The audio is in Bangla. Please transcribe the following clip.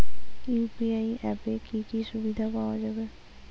ইউ.পি.আই অ্যাপে কি কি সুবিধা পাওয়া যাবে?